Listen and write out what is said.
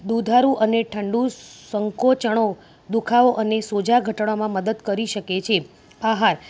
દુધારું અને ઠંડુ સંકોચણો દુઃખાવો અને સોજા ઘટાડવામાં મદદ કરી શકે છે આહાર